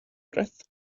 wreath